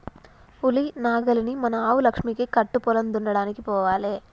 ఉలి నాగలిని మన ఆవు లక్ష్మికి కట్టు పొలం దున్నడానికి పోవాలే